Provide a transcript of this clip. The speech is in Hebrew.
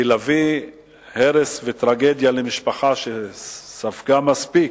כי להביא הרס וטרגדיה למשפחה שספגה מספיק,